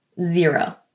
Zero